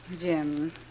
Jim